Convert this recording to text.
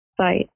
site